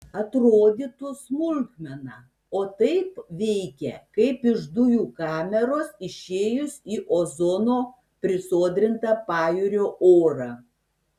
atrodytų smulkmena o taip veikia kaip iš dujų kameros išėjus į ozono prisodrintą pajūrio orą